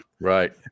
Right